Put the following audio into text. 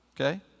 okay